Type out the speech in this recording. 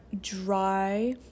dry